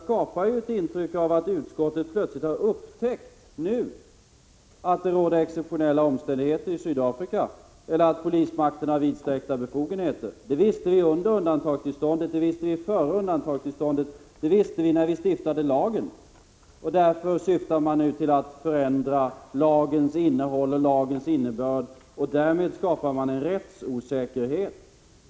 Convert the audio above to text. Det ger ju ett intryck av att utskottet nu plötsligt har upptäckt att det råder exceptionella omständigheter i Sydafrika och att polismakten har fått vidsträckta befogenheter. Det visste vi före och under den tid undantagstillståndet gällde, och vi visste det när vi stiftade lagen. Därför syftar man nu till att förändra lagens innehåll och dess innebörd. Därmed skapar man en rättsosäkerhet.